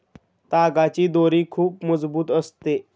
तागाची दोरी खूप मजबूत असते